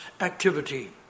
activity